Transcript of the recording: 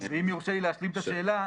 ואם יורשה להשלים את השאלה,